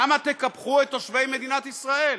למה תקפחו את תושבי מדינת ישראל?